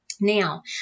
Now